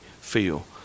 feel